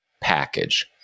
package